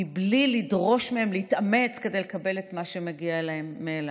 מבלי לדרוש מהם להתאמץ כדי לקבל את מה שמגיע להם מאליו.